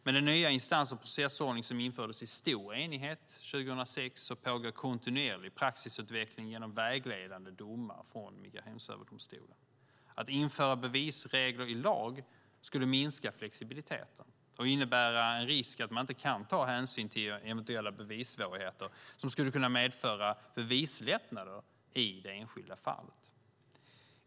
Med den nya instans och processordning som infördes i stor enighet 2006 pågår kontinuerlig praxisutveckling genom vägledande domar från Migrationsöverdomstolen. Att införa bevisregler i lag skulle minska flexibiliteten och innebära en risk att man inte kan ta hänsyn till eventuella bevissvårigheter som skulle medföra bevislättnader i det enskilda fallet.